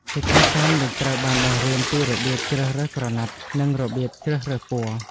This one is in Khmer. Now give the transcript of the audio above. សិក្ខាកាមនឹងត្រូវបានបង្រៀនពីរបៀបជ្រើសរើសក្រណាត់ និងរបៀបជ្រើសរើសពណ៌។